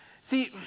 See